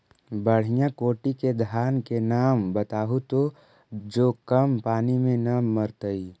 बढ़िया कोटि के धान के नाम बताहु जो कम पानी में न मरतइ?